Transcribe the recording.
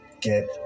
get